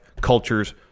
cultures